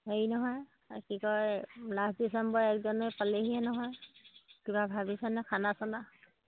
হেৰি নহয় কি কয় লাষ্ট ডিচেম্বৰ এক জানুৱাৰী পালেহিয়ে নহয় কিবা ভাবিছেনে খানা চানা